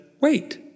wait